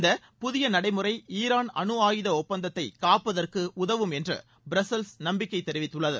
இந்தப் புதிய நடைமுறை ஈரான் அனுஆயுத ஒப்பந்தத்தை காப்பதற்கு உதவும் என்று ப்ரசெல்ஸ் நம்பிக்கை தெரிவித்துள்ளது